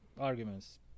arguments